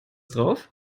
drauf